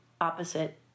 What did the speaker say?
opposite